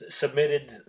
submitted